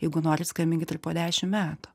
jeigu nori skambinkit ir po dešim metų